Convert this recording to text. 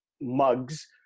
mugs